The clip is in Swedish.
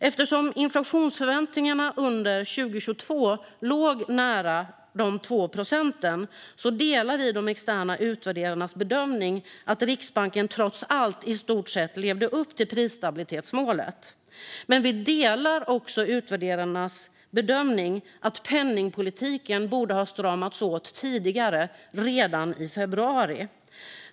Eftersom inflationsförväntningarna under 2022 låg nära 2 procent delar vi de externa utvärderarnas bedömning att Riksbanken trots allt i stort levde upp till prisstabilitetsmålet. Men vi delar också utvärderarnas bedömning att penningpolitiken borde ha stramats åt tidigare, redan i februari.